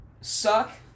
suck